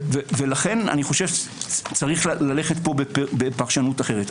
לכן צריך ללכת פה בפרשנות אחרת.